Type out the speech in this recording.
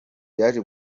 yaje